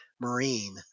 Marine